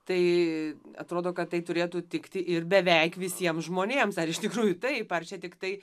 tai atrodo kad tai turėtų tikti ir beveik visiems žmonėms ar iš tikrųjų taip ar čia tiktai